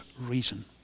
reason